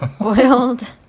Oiled